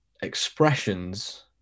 expressions